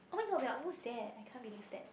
oh-my-god we are almost there I can't believe that